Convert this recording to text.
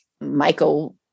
Michael